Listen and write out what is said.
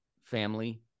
family